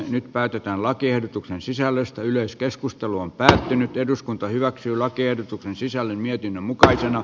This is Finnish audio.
nyt päätetään lakiehdotuksen sisällöstä yleiskeskustelu on päättynyt eduskunta hyväksyi lakiehdotuksen sisällön mietinnön mukaisena